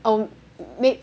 um make